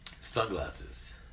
sunglasses